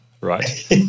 right